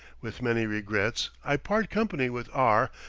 with many regrets i part company with r,